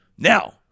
Now